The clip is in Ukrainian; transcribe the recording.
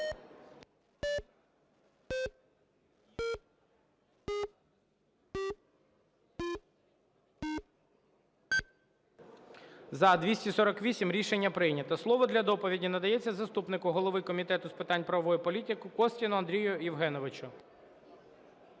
За-248 Рішення прийнято. Слово для доповіді надається заступнику голови Комітету з питань правової політики Костіну Андрію Євгеновичу.